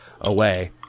away